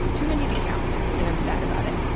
too many to count and i'm sad about it.